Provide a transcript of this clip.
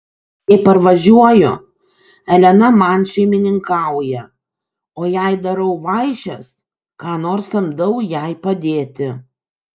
kai parvažiuoju elena man šeimininkauja o jei darau vaišes ką nors samdau jai padėti